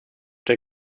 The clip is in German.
der